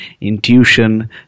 intuition